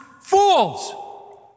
fools